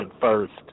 first